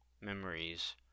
memories